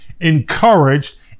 encouraged